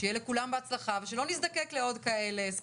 שיהיה לכולם בהצלחה ושלא נזדקק לעוד כאלה.